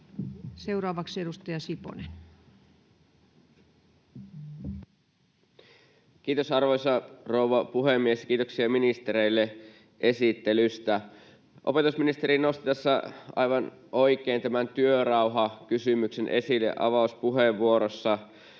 Time: 12:08 Content: Kiitos, arvoisa rouva puhemies! Kiitoksia ministereille esittelystä. Opetusministeri nosti tässä aivan oikein tämän työrauhakysymyksen esille avauspuheenvuorossa.